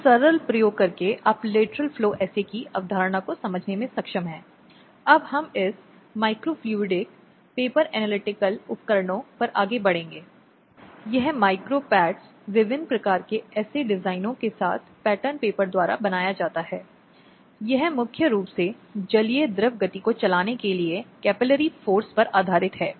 ये अपराध अनिवार्य रूप से लिंग विशेष के अपराध हैं जहां महिलाएं पीड़ित हैं क्योंकि यह नीचे के तहत लगाया गया है जहां महिलाएं पीड़ित हैं और यह आमतौर पर दंड संहिता में सूचीबद्ध मानव शरीर के खिलाफ उनके अपराध द्वारा अनिवार्य रूप से व्यक्ति के जीवन और गरिमा को प्रभावित करता है